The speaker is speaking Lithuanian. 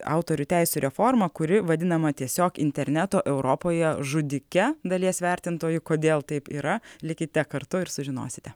autorių teisių reformą kuri vadinama tiesiog interneto europoje žudike dalies vertintojų kodėl taip yra likite kartu ir sužinosite